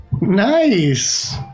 Nice